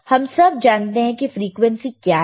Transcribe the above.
हम सब जानते हैं कि फ्रीक्वेंसी क्या है